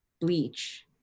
Bleach